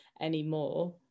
anymore